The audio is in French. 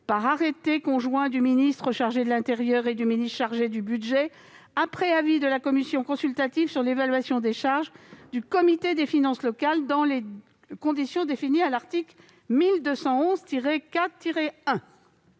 par arrêté conjoint du ministre chargé de l'intérieur et du ministre chargé du budget, après avis de la commission consultative sur l'évaluation des charges du Comité des finances locales, dans les conditions définies à l'article L. 1211-4-1